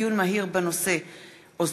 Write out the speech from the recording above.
דיון מהיר בהצעתם של חברי הכנסת מיכל רוזין,